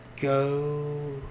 go